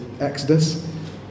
Exodus